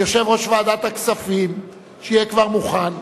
יושב-ראש ועדת הכספים, שיהיה כבר מוכן.